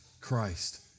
Christ